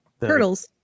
Turtles